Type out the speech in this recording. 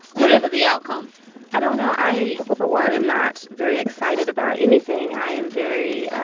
whatever the outcome i don't know. i, for one, am not very excited about anything. i am very